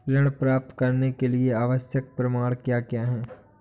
ऋण प्राप्त करने के लिए आवश्यक प्रमाण क्या क्या हैं?